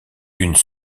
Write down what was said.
une